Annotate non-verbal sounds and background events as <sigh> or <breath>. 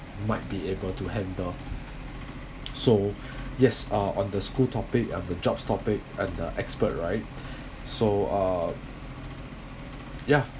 might be able to handle so yes uh on the school topic and the jobs topic and the expert right <breath> so uh ya